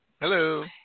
Hello